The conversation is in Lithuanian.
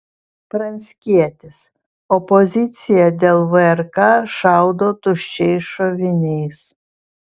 pranckietis opozicija dėl vrk šaudo tuščiais šoviniais